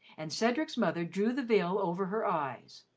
and cedric's mother drew the veil over her eyes,